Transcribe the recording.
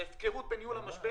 הפקרות בניהול המשבר